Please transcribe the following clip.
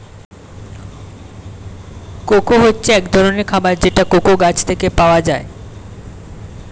cocoa হচ্ছে এক ধরনের খাবার যেটা কোকো গাছ থেকে পাওয়া যায়